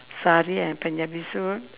sari and punjabi suit